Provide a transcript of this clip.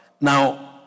Now